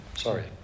Sorry